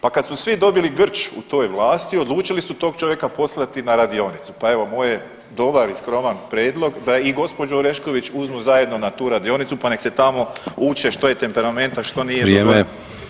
Pa kad su svi dobili grč u toj vlasti odlučili su tog čovjeka poslati na radionicu, pa evo moj dobar i skroman prijedlog da i gospođu Orešković uzmu zajedno na tu radionicu pa neka se tamo uče što je temperament a što nije